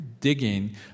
digging